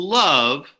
love